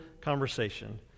conversation